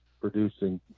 producing